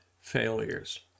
failures